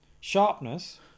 Sharpness